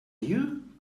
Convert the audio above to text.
you